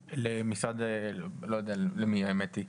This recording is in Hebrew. השאלה מכוונת אני לא יודע למי האמת היא,